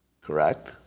Correct